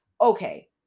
Okay